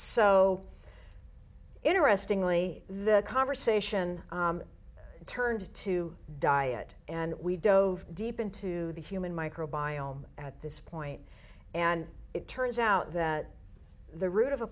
so interestingly the conversation turned to diet and we dove deep into the human micro biome at this point and it turns out that the root of a